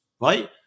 right